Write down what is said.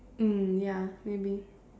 mm ya maybe